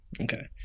Okay